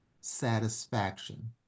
satisfaction